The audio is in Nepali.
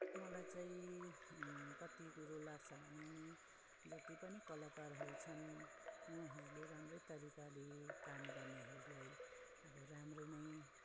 मलाई चाहिँ कति कुरो लाग्छ भने नि जति पनि कलाकारहरू छन् उहाँहरूले राम्रै तरिकाले काम गर्नेहरूलाई अब राम्रै नै